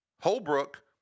Holbrook